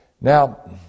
Now